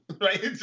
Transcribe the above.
right